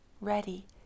ready